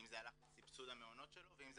אם זה הלך לסבסוד המעונות שלו ואם זה